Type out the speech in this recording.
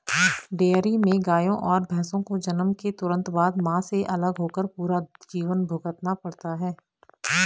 dairy में गायों और भैंसों को जन्म के तुरंत बाद, मां से अलग होकर पूरा जीवन भुगतना पड़ता है